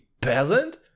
peasant